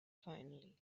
finally